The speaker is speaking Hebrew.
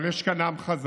אבל יש כאן עם חזק,